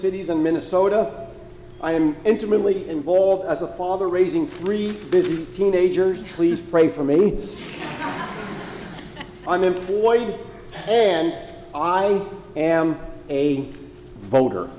cities in minnesota i am intimately involved as a father raising three busy teenagers please pray for me unemployed and i am a voter